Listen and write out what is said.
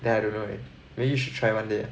then I don't know eh maybe you should try one day